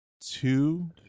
two